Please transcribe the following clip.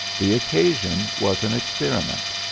the occasion was an experiment.